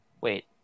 Wait